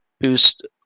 boost